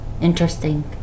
Interesting